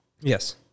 Yes